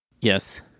Yes